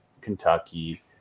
Kentucky